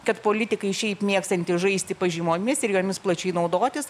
kad politikai šiaip mėgstantys žaisti pažymomis ir jomis plačiai naudotis